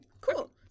Cool